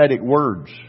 words